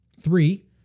Three